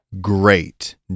Great